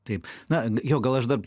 taip na jau gal aš dar